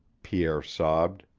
pierre sobbed.